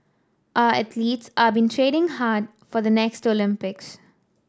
our athletes are been training hard for the next Olympics